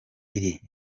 iri